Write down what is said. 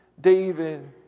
David